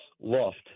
Loft